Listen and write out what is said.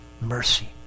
mercy